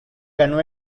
ganó